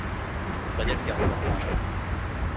budget क्या होगा तुम्हारा